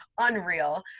unreal